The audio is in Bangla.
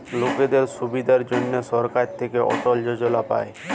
লকদের সুবিধার জনহ সরকার থাক্যে অটল যজলা পায়